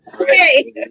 Okay